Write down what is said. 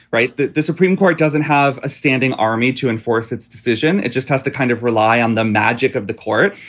right. that the supreme court doesn't have a standing army to enforce its decision. it just has to kind of rely on the magic of the court.